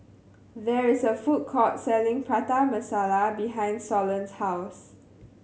there is a food court selling Prata Masala behind Solon's house